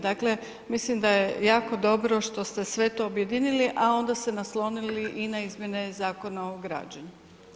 Dakle, mislim da je jako dobro što ste sve to objedinili, a onda se naslonili i na izmjene Zakona o građenju.